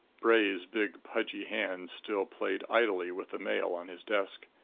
bray's big pudgy hands still played idly with the mail on his desk.